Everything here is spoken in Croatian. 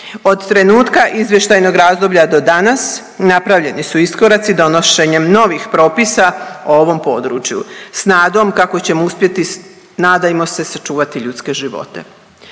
Od trenutka izvještajnog razdoblja do danas napravljeni su iskoraci donošenjem novih propisa i ovom području s nadom kako ćemo uspjeti nadajmo se sačuvati ljudske živote.